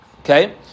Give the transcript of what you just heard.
Okay